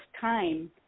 time